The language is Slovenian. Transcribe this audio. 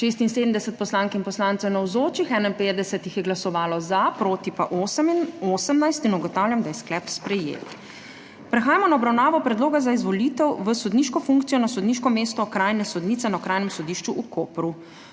76 poslank in poslancev, navzočih 51 jih je glasovalo za, proti pa 18. (Za je glasovalo 51.) (Proti 18.) Ugotavljam, da je sklep sprejet. Prehajamo na obravnavo Predloga za izvolitev v sodniško funkcijo na sodniško mesto okrajne sodnice na Okrajnem sodišču v Kopru.